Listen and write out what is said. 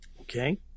Okay